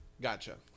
Gotcha